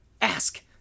Ask